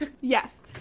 Yes